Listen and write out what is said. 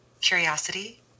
curiosity